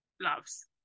loves